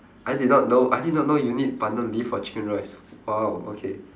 I did not know I did not know you need pandan leaf for chicken rice !wow! okay